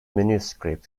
manuscript